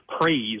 praise